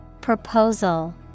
Proposal